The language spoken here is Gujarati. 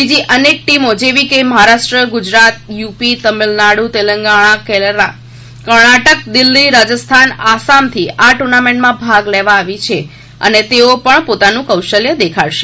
બીજી અનેક ટીમો જેવી કે મહારાષ્ટ્ર ગુજરાત યુપી તામિલનાડુ તેલંગાણા કેરાલા કર્ણાટક દિલ્હી રાજસ્થાન આસામથી આ ટુર્નામેન્ટમાં ભાગ લેવા આવી છે અને તેઓ પણ પોતાનું કૌશલ્ય દેખાડશે